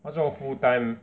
他做 full time